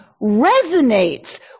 resonates